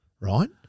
right